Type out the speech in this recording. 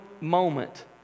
moment